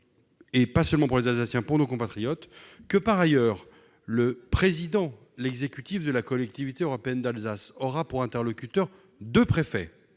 et pas seulement pour les Alsaciens, mais aussi pour nos compatriotes. Par ailleurs, le président, l'exécutif de la Collectivité européenne d'Alsace aura pour interlocuteur deux préfets,